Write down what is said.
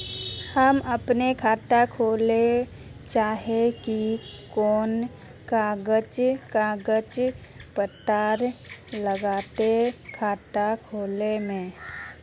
हम अपन खाता खोले चाहे ही कोन कागज कागज पत्तार लगते खाता खोले में?